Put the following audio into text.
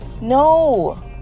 no